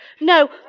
No